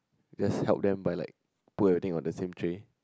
just help them by like put everything on the same tray